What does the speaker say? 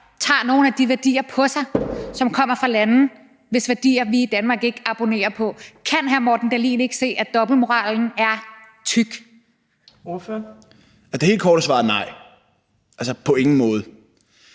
tager nogle af de værdier til sig, som kommer fra lande, hvis værdier vi i Danmark ikke abonnerer på. Kan hr. Morten Dahlin ikke se, at dobbeltmoralen er tyk? Kl. 11:41 Fjerde næstformand (Trine